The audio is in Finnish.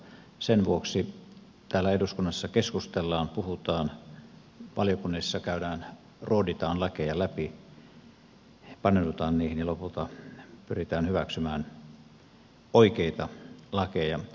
sen vuoksi täällä eduskunnassa keskustellaan puhutaan valiokunnissa ruoditaan lakeja läpi paneudutaan niihin ja lopulta pyritään hyväksymään oikeita lakeja